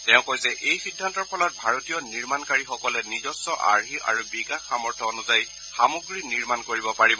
তেওঁ কয় যে এই সিদ্ধান্তৰ ফলত ভাৰতীয় নিৰ্মাণকাৰীসকলে নিজস্ব আৰ্হি আৰু বিকাশ সামৰ্থ অনুযায়ী সামগ্ৰী নিৰ্মাণ কৰিব পাৰিব